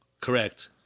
Correct